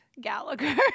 Gallagher